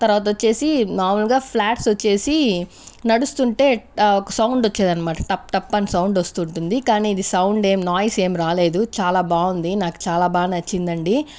తర్వాత వచ్చేసి మామూలుగా ఫ్లాట్స్ వచ్చేసి నడుస్తుంటే ఒక సౌండ్ వచ్చేది అన్నమాట టప్ టప్ అని సౌండ్ వస్తుంటుంది కానీ ఇది సౌండ్ ఏం నాయిస్ ఏం రాలేదు చాలా బాగుంది నాకు చాలా బాగా నచ్చిందండి